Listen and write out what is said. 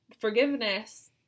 Forgiveness